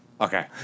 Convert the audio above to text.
okay